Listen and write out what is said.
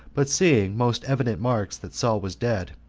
but seeing most evident marks that saul was dead,